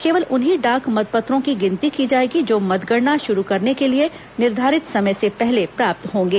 केवल उन्हीं डाक मतपत्रों की गिनती की जाएगी जो मतगणना शुरू करने के लिए निर्धारित समय से पहले प्राप्त होंगे